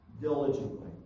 Diligently